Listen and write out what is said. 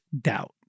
doubt